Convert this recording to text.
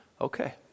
okay